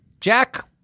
Jack